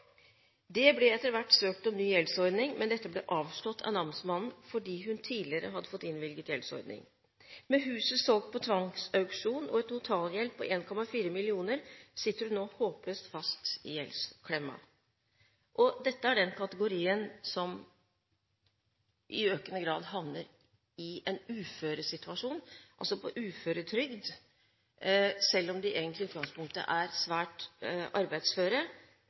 Det ble etter hvert søkt om ny gjeldsordning, men dette ble avslått av namsmannen fordi hun tidligere hadde fått innvilget gjeldsordning. Med huset solgt på tvangsauksjon og en totalgjeld på 1,4 mill. kr sitter hun nå håpløst fast i gjeldsklemma. Dette er den kategorien som i økende grad havner i en uføresituasjon, altså på uføretrygd, selv om de egentlig i utgangspunktet er svært arbeidsføre.